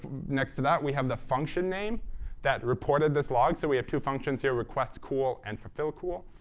next to that we have the function name that reported this log. so we have two functions here, request cool and fulfill cool.